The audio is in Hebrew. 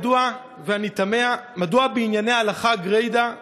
אני תמה מדוע בענייני הלכה גרידא,